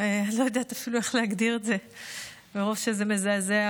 אני לא יודעת אפילו איך להגדיר את זה מרוב שזה מזעזע,